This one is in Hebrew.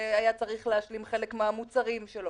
היה צריך להשלים חלק מהמוצרים שלו,